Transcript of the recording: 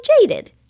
jaded